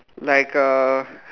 like uh